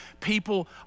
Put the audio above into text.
People